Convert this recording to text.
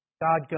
God